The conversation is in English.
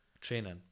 training